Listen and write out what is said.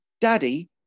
daddy